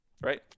Right